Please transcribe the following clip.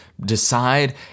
decide